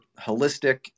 holistic